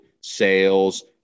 sales